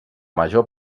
major